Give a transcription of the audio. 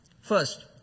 First